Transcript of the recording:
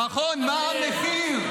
נכון, מה המחיר?